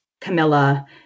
Camilla